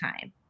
time